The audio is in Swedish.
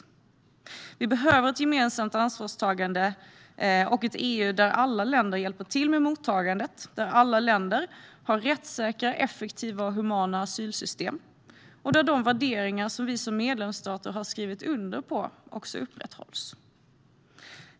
Vi behöver ett gemensamt ansvarstagande och ett EU där alla länder hjälper till med mottagandet, där alla länder har rättssäkra, effektiva och humana asylsystem och där de värderingar som vi som medlemsstater har skrivit under på också upprätthålls.